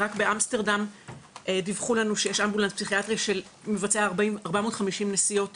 רק באמסטרדם דיווחו לנו שיש אמבולנס פסיכיאטרי שמבצע 450 נסיעות